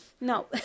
No